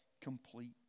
complete